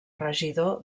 regidor